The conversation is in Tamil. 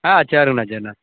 ஆ சரிண்ணா சரிண்ணா